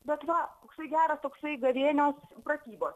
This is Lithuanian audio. bet va štai geros toksai gavėnios pratybos